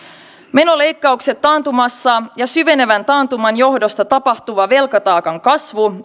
menoleikkaukset taantumassa ja syvenevän taantuman johdosta tapahtuva velkataakan kasvu